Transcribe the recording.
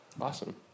Awesome